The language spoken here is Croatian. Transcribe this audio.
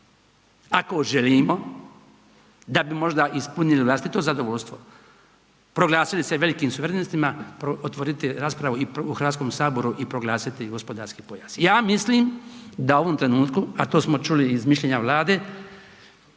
ako želimo da bi možda ispunili vlastito zadovoljstvo, proglasili se velikim suverenistima, otvoriti raspravu i u HS i proglasiti gospodarski pojas. Ja mislim da u ovom trenutku, a to smo čuli iz mišljenja Vlade,